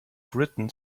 written